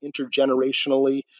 intergenerationally